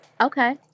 Okay